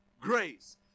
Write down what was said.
grace